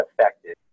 affected